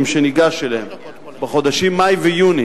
שניגש אליהם בחודשים מאי ויוני